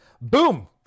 boom